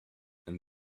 and